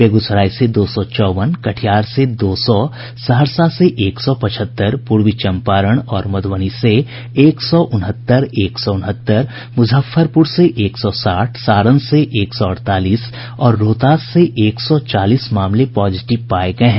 बेगूसराय से दो सौ चौवन कटिहार से दो सौ सहरसा से एक सौ पचहत्तर पूर्वी चंपारण और मधुबनी से एक सौ उनहत्तर एक सौ उनहत्तर मुजफ्फरपुर से एक सौ साठ सारण से एक सौ अड़तालीस और रोहतास से एक सौ चालीस मामले पॉजिटिव पाये गये हैं